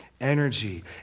energy